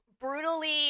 brutally